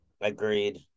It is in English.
Agreed